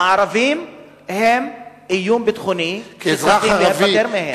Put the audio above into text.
הערבים הם איום ביטחוני, וצריכים להיפטר מהם.